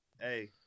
hey